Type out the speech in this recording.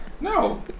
no